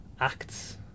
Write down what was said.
acts